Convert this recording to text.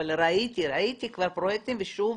אבל ראיתי פרויקטים ושוב,